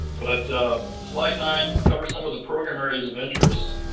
but slide nine covers some of the program areas of interest.